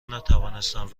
نتوانستم